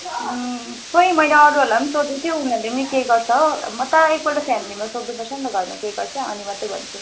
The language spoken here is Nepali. खै मैले अरूहरूलाई पनि सोधेको थियो उनीहरूले पनि केही गर्छ म त एकपल्ट फ्यामिलीमा सोध्नुपर्छ नि त घरमा के गर्छ अनि मात्रै भन्छु